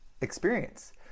experience